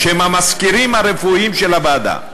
שהם המזכירים הרפואיים של הוועדה.